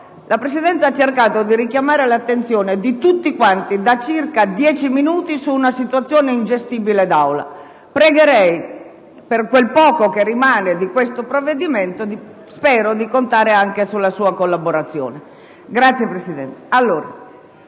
La Presidenza ha cercato di richiamare l'attenzione di tutti quanti da circa 10 minuti sulla situazione ingestibile dell'Aula. Spero, per quel poco che rimane di questo provvedimento, di poter contare anche sulla sua collaborazione. Metto ai voti